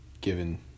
given